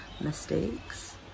mistakes